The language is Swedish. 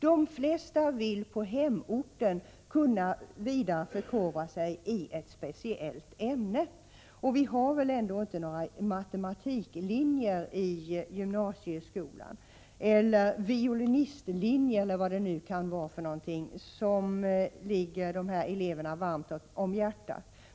De flesta vill kunna vidareförkovra sig i ett speciellt ämne på hemorten. Vi har väl inte några matematiklinjer i gymnasieskolan, några violinistlinjer eller vad det kan vara som ligger de här eleverna varmt om hjärtat.